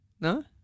No